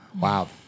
Wow